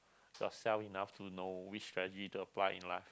yourself enough to know which strategy to apply in life